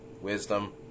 wisdom